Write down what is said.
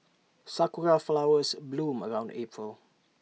Sakura Flowers bloom around April